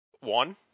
one